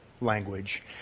language